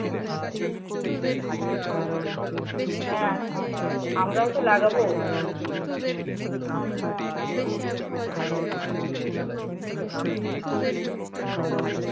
হ্যাঁ সে তো আমরাও তো লাগাবো হুম আমরাও চেষ্টা করব